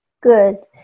Good